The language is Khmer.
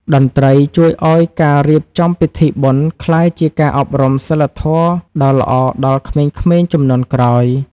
តន្ត្រីជួយឱ្យការរៀបចំពិធីបុណ្យ ក្លាយជាការអប់រំសីលធម៌ដ៏ល្អដល់ក្មេងៗជំនាន់ក្រោយ។